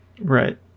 right